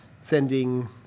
sending